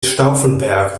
stauffenberg